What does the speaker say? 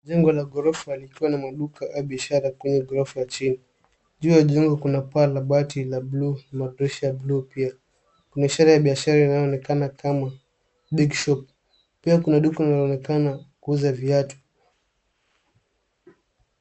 Jengo la ghorofa likiwa na maduka au biashara kwenye ghorofa ya chini. Juu ya jengo kuna paa la bati la buluuna madirisha ya buluu pia. Kuna ishara ya biashara inayoonekana kama bake shop . Piakuna duka linaloonekana kuuza viatu.